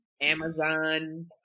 Amazon